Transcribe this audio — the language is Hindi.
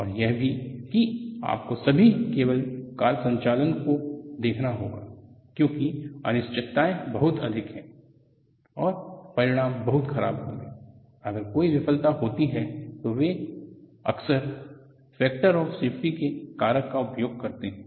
और यह भी कि आपको सभी केबल कार संचालन को देखना होगा क्योंकि अनिश्चितताएं बहुत अधिक हैं और परिणाम बहुत खराब होंगे अगर कोई विफलता होती है तो वे अक्सर फैक्टर ऑफ सेफ्टी के कारक का उपयोग करते हैं